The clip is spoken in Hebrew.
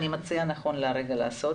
אני מציעה נכון לרגע זה לעשות